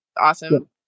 Awesome